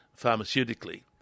pharmaceutically